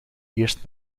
eerst